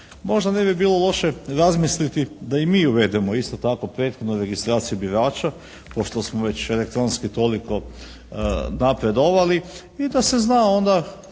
Možda ne bi bilo loše razmisliti da i mi uvedemo isto tako prethodnu registraciju birača, pošto smo već elektronski toliko napredovali i da se zna onda